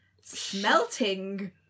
smelting